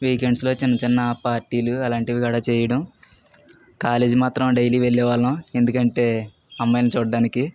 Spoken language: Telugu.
వీకెండ్స్లో చిన్న చిన్న పార్టీలు అలాంటివి కూడా చెయ్యడం కాలేజీ మాత్రం డైలీ వెళ్ళేవాళ్ళం ఎందుకంటే అమ్మాయిలను చూడ్డానికి